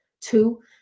two